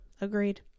Agreed